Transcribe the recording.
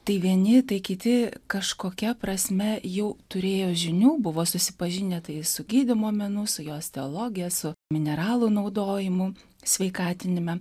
tai vieni tai kiti kažkokia prasme jau turėjo žinių buvo susipažinę su gydymo menu su jos teologija su mineralų naudojimu sveikatinime